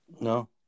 No